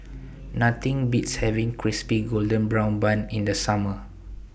Nothing Beats having Crispy Golden Brown Bun in The Summer